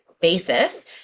Basis